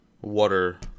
Water